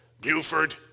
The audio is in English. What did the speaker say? Buford